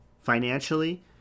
financially